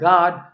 God